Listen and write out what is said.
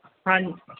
ਹਾਂਜ